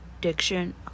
diction